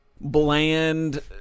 bland